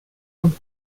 und